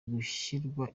gushyirwa